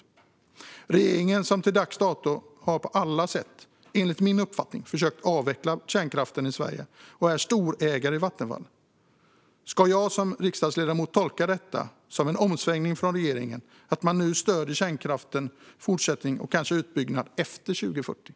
Enligt min mening har regeringen, som är storägare i Vattenfall, till dags dato på alla sätt försökt avveckla kärnkraften i Sverige. Ska jag som riksdagsledamot tolka detta som en omsvängning av regeringen och att man nu stöder kärnkraftens fortsättning och eventuella utbyggnad efter 2040?